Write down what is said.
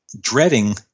dreading